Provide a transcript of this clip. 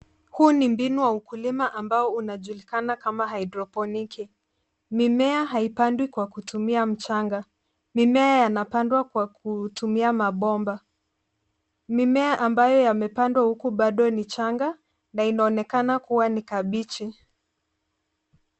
Huu ni mbinu wa ukulima ambao unajulikana kama haidroponiki. Mimea haipandwi kwa kutumia mchanga. Mimea yanapandwa kwa kutumia mabomba. Mimea amabayo yamepandwa huku bado ni changa na inaonekana kuwa ni kabichi.